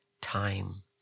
time